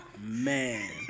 Man